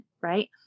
right